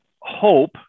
hope